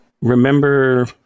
remember